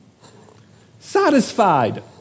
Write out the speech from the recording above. Satisfied